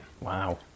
Wow